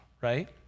right